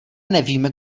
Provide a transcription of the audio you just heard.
nevíme